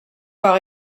par